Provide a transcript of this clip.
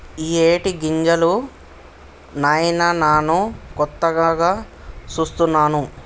ఇయ్యేటి గింజలు నాయిన నాను కొత్తగా సూస్తున్నాను